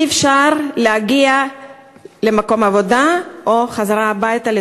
אי-אפשר להגיע למקום העבודה או חזרה הביתה,